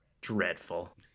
dreadful